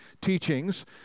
teachings